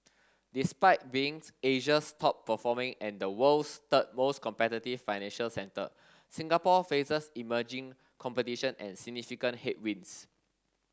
despite being Asia's top performing and the world's third most competitive financial centre Singapore faces emerging competition and significant headwinds